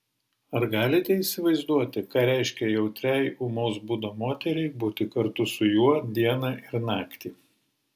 ar galite įsivaizduoti ką reiškia jautriai ūmaus būdo moteriai būti kartu su juo dieną ir naktį